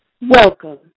Welcome